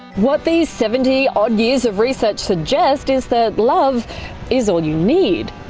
what these seventy odd years of research suggest is that. love is all you need.